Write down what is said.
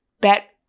bet